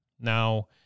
Now